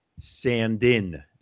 Sandin